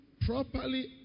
properly